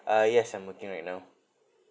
uh yes I'm working right now